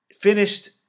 finished